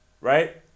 right